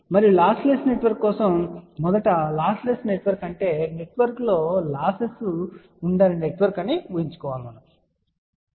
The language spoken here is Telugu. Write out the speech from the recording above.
మరియు లాస్లెస్ నెట్వర్క్ కోసం మొదట లాస్లెస్ నెట్వర్క్ అంటే నెట్వర్క్లో లాస్సెస్ ఉండని నెట్వర్క్ అని ఊహించుకోండి